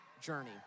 journey